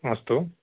हा अस्तु